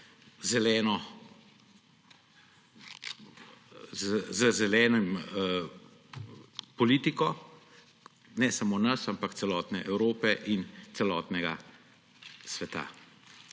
z zeleno politiko ne samo nas, ampak celotne Evrope in celotnega sveta.